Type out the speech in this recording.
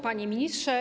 Panie Ministrze!